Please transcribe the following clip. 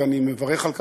ואני מברך על כך.